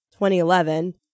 2011